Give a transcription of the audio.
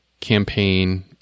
campaign